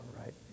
right